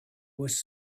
was